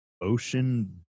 ocean